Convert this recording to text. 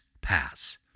pass